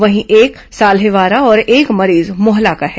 वहीं एक साल्हेवारा और एक मरीज मोहला का है